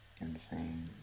insane